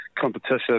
competition